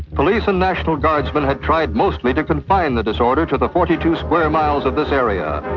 police and national guardsman had tried mostly to confine the disorder to the forty two square miles of this area.